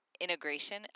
Integration